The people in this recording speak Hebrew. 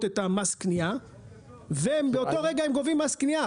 מס קנייה ומאותו רגע הם התחילו לגבות מס קנייה.